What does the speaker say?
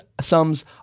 sums